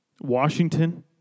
Washington